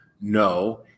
No